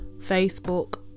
facebook